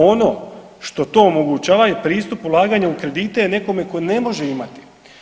Ono što to omogućava je pristup ulaganja u kredite je nekome tko ne može imati.